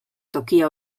tokia